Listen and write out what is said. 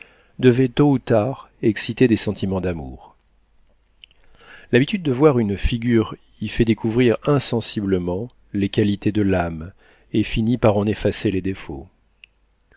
devait tôt ou tard exciter des sentiments d'amour l'habitude de voir une figure y fait découvrir insensiblement les qualités de l'âme et finit par en effacer les défauts